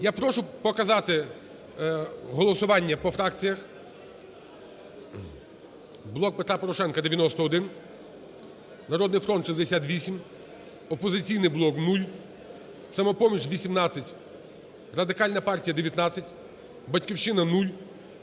Я прошу показати голосування по фракціях. "Блок Петра Порошенка" – 91, "Народний фронт" – 68, "Опозиційний блок" – 0, "Самопоміч" – 18, Радикальна партія – 19, "Батьківщина" –